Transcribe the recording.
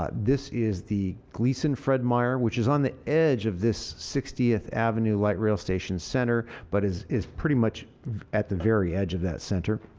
ah this is the glisan fred meyer, which is on the edge of this sixteenth avenue light-rail and center but is is pretty much at the very edge of that center.